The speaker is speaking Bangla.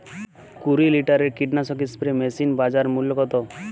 কুরি লিটারের কীটনাশক স্প্রে মেশিনের বাজার মূল্য কতো?